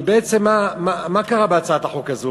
כי בעצם מה קרה בהצעת החוק הזאת?